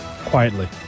Quietly